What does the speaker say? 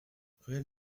ruelle